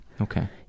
Okay